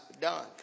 done